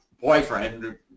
boyfriend